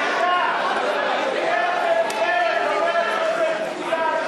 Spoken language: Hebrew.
אין לכם דרך ארץ, בושה.